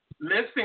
Listen